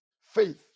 faith